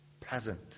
peasant